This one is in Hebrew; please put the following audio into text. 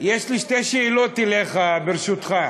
יש לי שתי שאלות אליך, ברשותך.